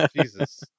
Jesus